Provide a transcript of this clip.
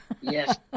Yes